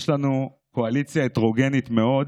יש לנו קואליציה הטרוגנית מאוד ומגוונת.